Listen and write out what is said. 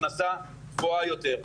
הכנסה גבוהה יותר.